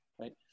right